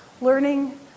learning